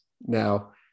now